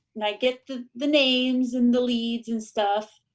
and i get the the names and the leads and stuff,